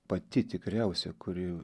pati tikriausia kuri